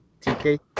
TK